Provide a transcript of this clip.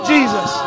Jesus